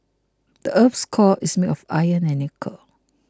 the earth's core is made of iron and nickel